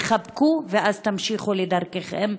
תחבקו ואז תמשיכו לדרככם.